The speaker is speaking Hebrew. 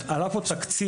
עלה פה נושא של תקציב,